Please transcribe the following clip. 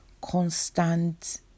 constant